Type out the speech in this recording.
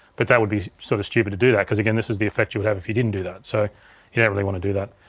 but that would be sort of stupid to do that, cause again, this is the effect you would have if you didn't do that, so you don't really want to do that.